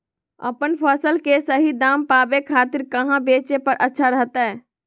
अपन फसल के सही दाम पावे खातिर कहां बेचे पर अच्छा रहतय?